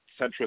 centrist